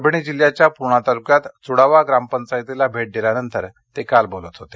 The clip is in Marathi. परभणी जिल्ह्याच्या पूर्णा तालुक्यात चुडावा ग्रामपंचायतीला भेट दिल्यानंतर काल ते बोलत होते